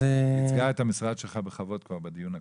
היא כבר ייצגה את המשרד שלך בכבוד בדיון הקודם.